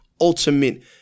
ultimate